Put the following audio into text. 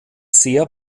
sehr